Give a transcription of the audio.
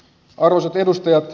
arvoisat edustajat